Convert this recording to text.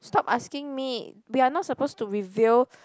stop asking me we are not supposed to reveal